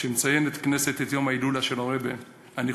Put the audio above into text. שהכנסת מציינת את יום ההילולה של הרעבע,